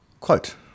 Quote